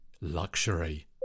Luxury